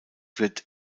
wird